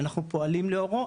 אנחנו פועלים לאורו,